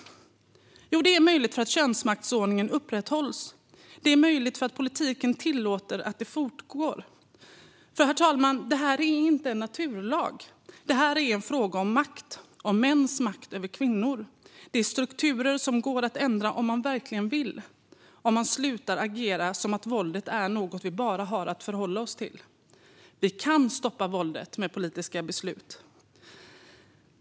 Jo, det är möjligt för att könsmaktsordningen upprätthålls. Det är möjligt för att politiken tillåter att det fortgår. Herr talman! Detta är inte en naturlag. Det här är en fråga om makt - om mäns makt över kvinnor. Detta är strukturer som går att ändra om man verkligen vill och om man slutar att agera som om våldet är något vi bara har att förhålla oss till. Det går att stoppa våldet med politiska beslut.